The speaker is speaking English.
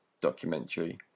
documentary